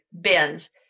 bins